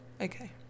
Okay